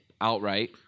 outright